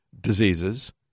diseases